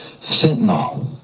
Fentanyl